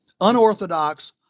unorthodox